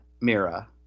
Mira